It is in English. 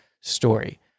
story